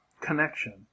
connection